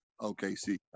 OKC